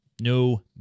No